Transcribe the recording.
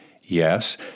Yes